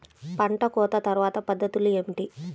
పంట కోత తర్వాత పద్ధతులు ఏమిటి?